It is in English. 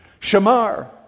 Shamar